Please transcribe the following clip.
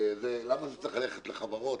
למה זה צריך ללכת לחברות,